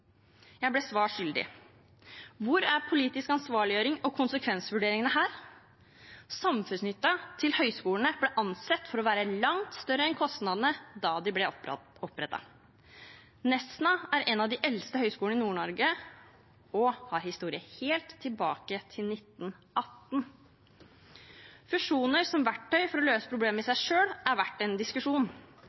Jeg ble svar skyldig. Hvor er politisk ansvarliggjøring og konsekvensvurderingene her? Samfunnsnytten til høyskolene ble ansett for å være langt større enn kostnadene da de ble opprettet. Nesna er en av de eldste høyskolene i Nord-Norge og har historie helt tilbake til 1918. Fusjoner som verktøy for å løse problemer er i seg selv verdt en diskusjon.